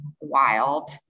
wild